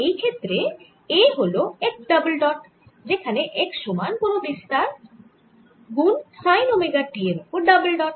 এই ক্ষেত্রে a হল x ডবল ডট যেখানে x সমান কোন বিস্তার গুন সাইন ওমেগা t এর ওপর ডবল ডট